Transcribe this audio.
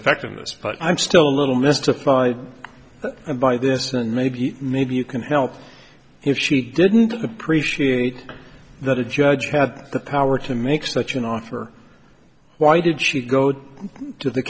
ineffectiveness but i'm still a little mystified by this and maybe maybe you can help if she didn't appreciate that the judge had the power to make such an offer why did she go to the